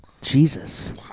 Jesus